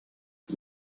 you